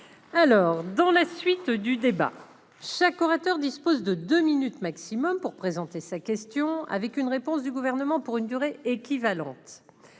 Dans la suite du débat, chaque orateur dispose de deux minutes au maximum pour présenter sa question, avec une réponse du Gouvernement pour une durée équivalente.